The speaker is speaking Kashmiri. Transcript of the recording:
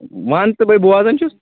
وَن ژٕ بَے بوزان چھُس